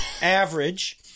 average